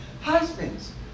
Husbands